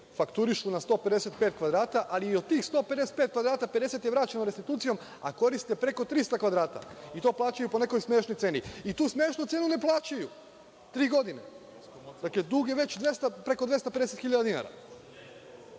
fakturišu na 155 kvadrata, ali i od tih 155 kvadrata 50 je vraćeno restitucijom, a koriste preko 300 kvadrata i to plaćaju po nekoj smešnoj ceni i tu smešnu cenu ne plaćaju tri godine. Dug je već preko 250.000 dinara.